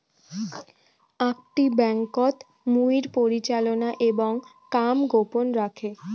আকটি ব্যাংকোত মুইর পরিচালনা এবং কাম গোপন রাখে